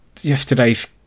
yesterday's